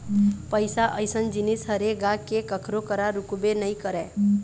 पइसा अइसन जिनिस हरे गा के कखरो करा रुकबे नइ करय